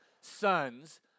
sons